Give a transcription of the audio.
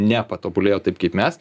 nepatobulėjo taip kaip mes